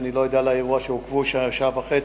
אני לא יודע על האירוע שבו הם עוכבו שעה וחצי,